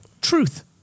Truth